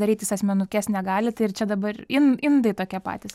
darytis asmenukes negali tai ir čia dabar in indai tokie patys